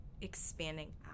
expanding